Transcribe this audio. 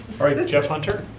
all right, jeff hunter? oh,